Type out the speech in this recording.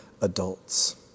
adults